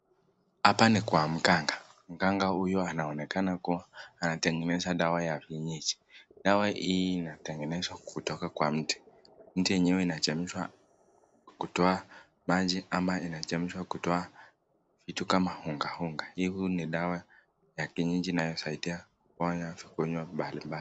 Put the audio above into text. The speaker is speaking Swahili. Hapa ni kwa mganga. Mganga huyu anaonekana kuwa anatengeneza dawa ya kienyeji. Dawa hii inatengenezwa kutoka kwa mti. Mti yenyewe inachemshwa kutoa maji ama inachemshwa kutoa vitu kama unga unga. Hii ni dawa ya kienyeji inasaidia kuponya vikunywa mbalimbali.